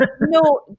No